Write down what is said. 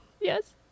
Yes